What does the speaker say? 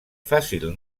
fàcil